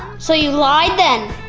so, you lied then?